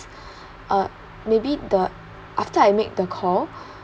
uh maybe the after I make the call